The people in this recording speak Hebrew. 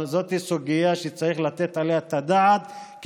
אבל זאת סוגיה שצריך לתת עליה את הדעת,